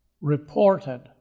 reported